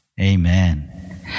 Amen